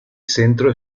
centro